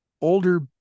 older